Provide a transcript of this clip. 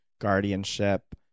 guardianship